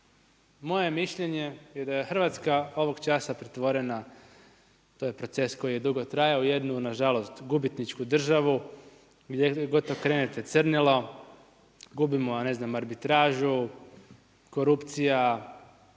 je mišljenje da je Hrvatska ovog časa pretvorena, to je proces koji je dugo trajao u jednu nažalost gubitničku državu gdje god okrenete crnilo, gubimo ne znam arbitražu, korupcija,